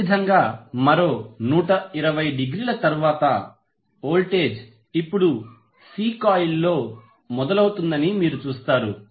అదేవిధంగా మరో 120 డిగ్రీల తరువాత వోల్టేజ్ ఇప్పుడు సి కాయిల్లో మొదలవుతుందని మీరు చూస్తారు